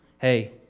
hey